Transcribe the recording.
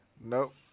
Nope